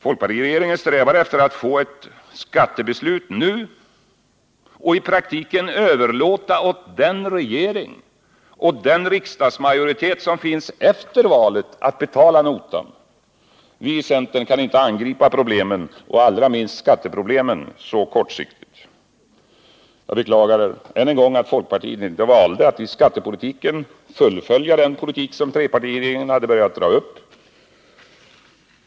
Folkpartiregeringen strävar efter att få ett skattebeslut nu och i praktiken överlåta åt den regering och den riksdagsmajoritet som finns efter valet att betala notan. Vi i centern kan inte vara med om att man angriper problemen — allra minst skatteproblemen — så kortsiktigt. Jag beklagar ännu en gång att folkpartiet inte valt att i skattepolitiken fullfölja den politik som trepartiregeringen hade börjat dra upp.